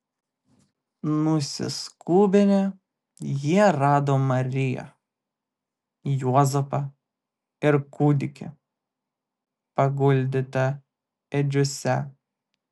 nusiskubinę jie rado mariją juozapą ir kūdikį paguldytą ėdžiose